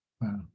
Wow